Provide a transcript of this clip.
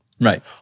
Right